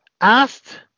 asked